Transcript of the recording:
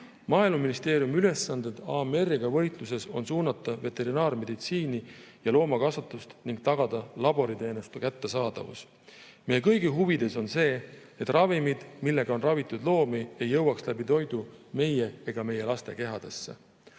Maaeluministeeriumi ülesanded võitluses AMR‑iga on suunata veterinaarmeditsiini ja loomakasvatust ning tagada laboriteenuste kättesaadavus. Meie kõigi huvides on see, et ravimid, millega on ravitud loomi, ei jõuaks toidu kaudu meie ega meie laste kehadesse.